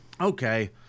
Okay